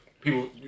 people